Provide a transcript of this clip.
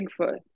Bigfoot